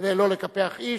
כדי לא לקפח איש.